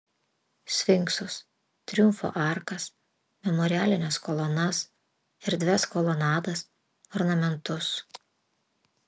sfinksus triumfo arkas memorialines kolonas erdvias kolonadas ornamentus